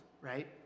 right